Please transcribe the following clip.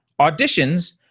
auditions